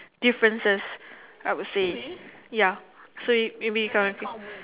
differences I would say ya so you mean you